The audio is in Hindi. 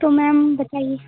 तो मैम बताइए